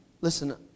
Listen